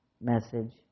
message